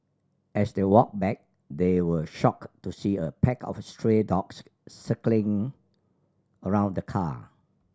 as they walked back they were shocked to see a pack of stray dogs circling around the car